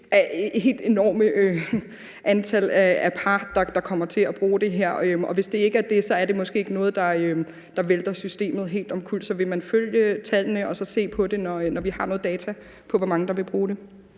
ikke er et helt enormt antal par, der kommer til at bruge det her, og hvis det ikke er det, er det måske ikke noget, der vælter systemet helt omkuld. Så vil man følge tallene og se på det, når vi har noget data for, hvor mange der vil bruge det?